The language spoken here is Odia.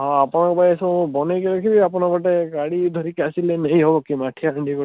ହଁ ଆପଣଙ୍କ ପାଇଁ ଏ ସବୁ ବନେଇକି ରଖିବି ଆପଣ ଗୋଟେ ଗାଡ଼ି ଧରିକି ଆସିଲେ ନେଇ ହେବ କି ମାଠିଆ ହାଣ୍ଡିଗୁଡ଼ା